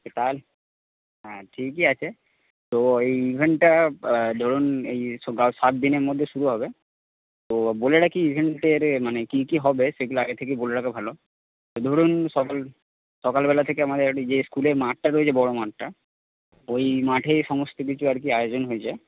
তাহালে হ্যাঁ ঠিকই আছে তো এই ইভেন্টটা ধরুন এই সাত দিনের মধ্যে শুরু হবে তো বলে রাখি ইভেন্টের মানে কি কি হবে সেগুলো আগে থেকেই বলে রাখা ভালো তো ধরুন সকাল সকালবেলা থেকে আমাদের যে স্কুলের মাঠটা রয়েছে বড়ো মাঠটা ওই মাঠে সমস্ত কিছু আর কি আয়োজন হয়েছে